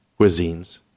cuisines